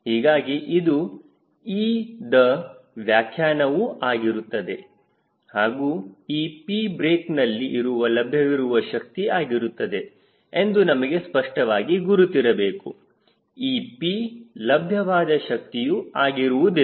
ಹೀಗಾಗಿ ಇದು Eದ ವ್ಯಾಖ್ಯಾನವು ಆಗಿರುತ್ತದೆ ಹಾಗೂ ಈ P ಬ್ರೇಕ್ನಲ್ಲಿ ಇರುವ ಲಭ್ಯವಾದ ಶಕ್ತಿ ಆಗಿರುತ್ತದೆ ಎಂದು ನಮಗೆ ಸ್ಪಷ್ಟವಾಗಿ ಗುರುತುಇರಬೇಕು ಈ P ಲಭ್ಯವಾದ ಶಕ್ತಿಯು ಆಗಿರುವುದಿಲ್ಲ